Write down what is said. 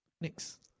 Next